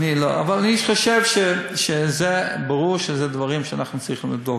אבל אני חושב שזה ברור שאלה דברים שאנחנו צריכים לבדוק.